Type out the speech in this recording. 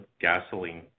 gasoline